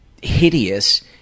hideous